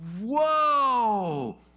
whoa